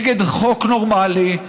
נגד חוק נורמלי,